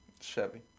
Chevy